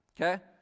Okay